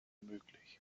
möglich